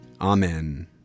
Amen